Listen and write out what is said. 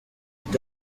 dans